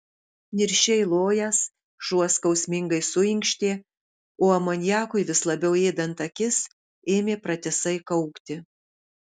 niršiai lojęs šuo skausmingai suinkštė o amoniakui vis labiau ėdant akis ėmė pratisai kaukti